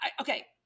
okay